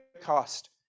cost